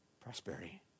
Prosperity